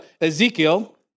Ezekiel